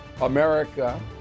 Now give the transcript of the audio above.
America